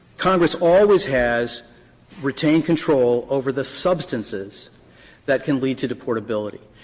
congress always has retained control over the substances that can lead to deportability.